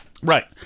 Right